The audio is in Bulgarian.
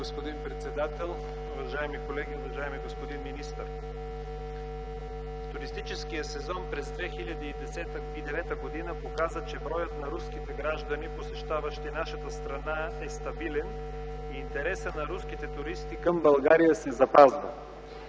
Туристическият сезон през 2009 г. показа, че броят на руските граждани, посещаващи нашата страна, е стабилен. Интересът на руските туристи към България се запазва.